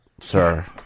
Sir